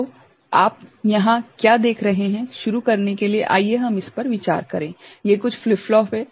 तो आप यहाँ क्या देख रहे हैं शुरू करने के लिए आइए हम इस पर विचार करें ये कुछ फ्लिप फ्लॉप हैं